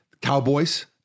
Cowboys